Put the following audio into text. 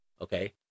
Okay